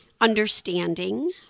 understanding